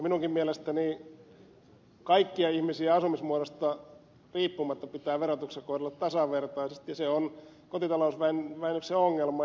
minunkin mielestäni kaikkia ihmisiä asumismuodosta riippumatta pitää verotuksessa kohdella tasavertaisesti ja se on kotitalousvähennyksen ongelma